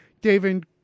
David